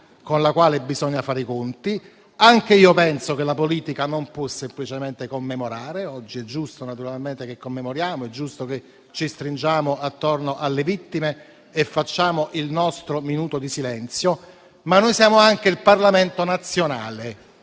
con la quale bisogna fare i conti. Anche io penso che la politica non può semplicemente commemorare. Oggi è giusto che commemoriamo, ci stringiamo attorno alle vittime e osserviamo il nostro minuto di silenzio. Noi siamo però anche il Parlamento nazionale